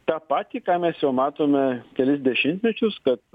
tą patį ką mes jau matome kelis dešimtmečius kad